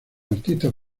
artistas